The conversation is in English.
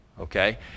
okay